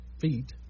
feet